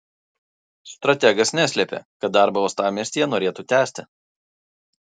strategas neslėpė kad darbą uostamiestyje norėtų tęsti